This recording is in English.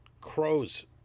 crow's